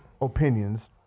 opinions